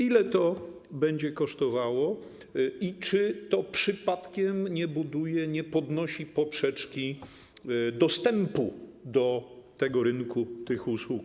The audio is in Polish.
Ile to będzie kosztowało i czy to przypadkiem nie buduje, nie podnosi poprzeczki dostępu do tego rynku, tych usług?